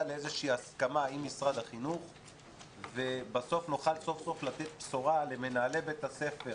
לאיזושהי הסכמה עם משרד החינוך ובסוף נוכל לתת בשורה למנהלי בתי הספר